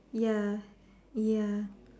ya ya